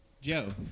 Joe